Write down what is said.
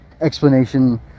explanation